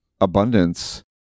abundance